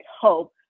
hope